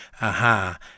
Aha